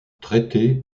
traités